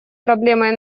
проблемой